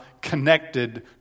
connected